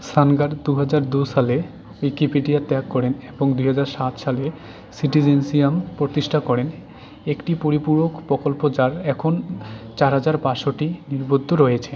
Sanger দু হাজার দু সালে উইকিপিডিয়া ত্যাগ করেন এবং দু হাজার সাত সালে সিটিজেন্সিয়াম প্রতিষ্ঠা করেন একটি পরিপূরক প্রকল্প যার এখন চার হাজার পাঁচশোটি নিবদ্ধ রয়েছে